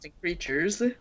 creatures